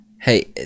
Hey